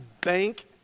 Bank